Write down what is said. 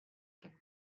can